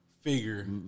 Figure